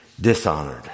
Dishonored